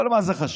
אבל מה זה חשוב,